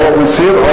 או מסיר או